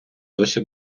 досі